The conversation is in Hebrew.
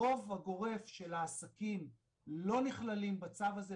הרוב הגורף של העסקים לא נכללים בצו הזה,